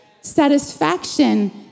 Satisfaction